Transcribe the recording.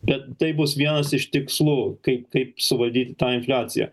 bet tai bus vienas iš tikslų kaip kaip suvaldyt tą infliaciją